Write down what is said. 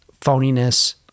phoniness